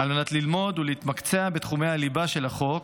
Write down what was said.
על מנת ללמוד ולהתמקצע בתחומי הליבה של החוק,